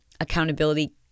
Accountability